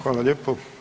Hvala lijepo.